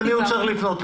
למי הוא צריך לפנות?